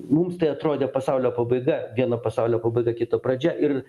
mums tai atrodė pasaulio pabaiga vieno pasaulio pabaiga kito pradžia ir